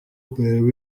kureba